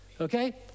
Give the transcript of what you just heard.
Okay